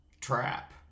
trap